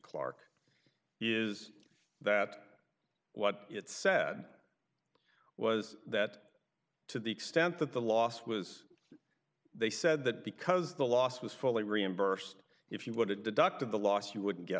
clark is that what it said was that to the extent that the loss was they said that because the loss was fully reimbursed if you would it deducted the loss you wouldn't get